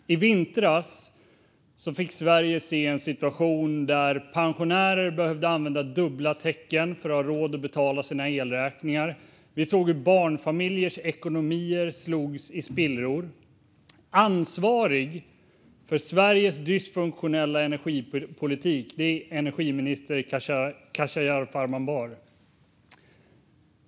Fru talman! I vintras fick Sverige se en situation där pensionärer behövde använda dubbla täcken för att ha råd att betala sina elräkningar. Vi såg hur barnfamiljers ekonomi slogs i spillror. Ansvarig för Sveriges dysfunktionella energipolitik är energiminister Khashayar Farmanbar.